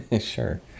Sure